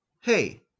Hey